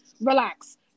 relax